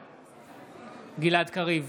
בעד גלעד קריב,